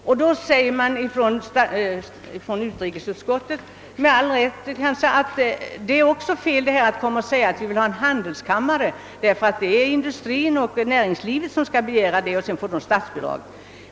Med anledning därav säger utrikesutskottet, att vårt yrkande är felaktigt, därför att det är industrin och näringslivet som skall begära en handelskammare; sedan utgår statsbidrag.